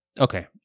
Okay